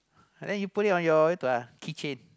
then you put it on your itu ah keychain